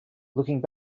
looking